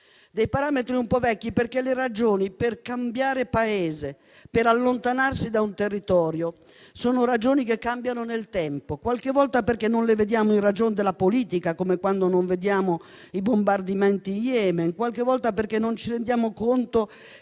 di parametri un po' vecchi perché le ragioni per cambiare Paese e per allontanarsi da un territorio cambiano nel tempo. Qualche volta perché non le vediamo in ragione della politica, come quando non vediamo i bombardamenti in Yemen; qualche volta perché non ci rendiamo conto